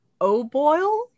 oboil